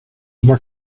more